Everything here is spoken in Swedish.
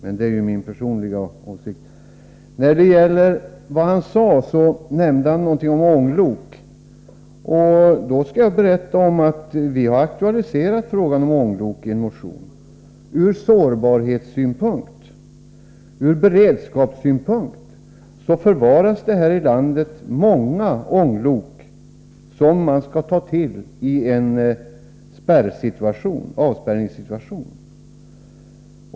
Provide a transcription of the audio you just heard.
Olle Östrand nämnde frågan om ånglok. Jag kan då berätta för Olle Östrand att vi har aktualiserat den frågan i en motion. Många ånglok finns bevarade här i landet, och ur beredskapssynpunkt och med tanke på vår sårbarhet borde de tas till vara i en avspärrningssituation.